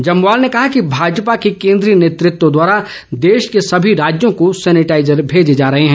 जम्वाल ने कहा कि भाजपा के केंद्रीय नेतृत्व द्वारा देश के सभी राज्यों को सैनिटाईजर भेजे जा रहे हैं